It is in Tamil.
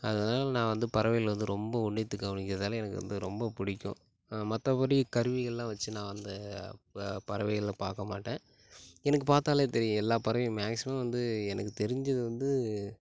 அதனால் நான் வந்து பறவைகளை ரொம்ப உன்னித்து கவனிக்கிறதால் எனக்கு வந்து ரொம்ப பிடிக்கும் மற்றபடி கருவிகள்லாம் வச்சு நான் அந்த ப பறவைகளை பார்க்கமாட்டேன் எனக்கு பார்த்தாலே தெரியும் எல்லா பறவையும் மேக்சிமம் வந்து எனக்கு தெரிஞ்சது வந்து